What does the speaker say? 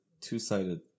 two-sided